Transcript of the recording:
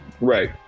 Right